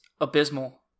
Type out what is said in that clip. abysmal